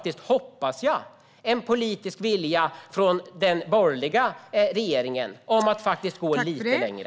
Det fanns, hoppas jag, en politisk vilja från den borgerliga regeringen att gå lite längre.